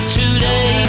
today